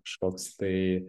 kažkoks tai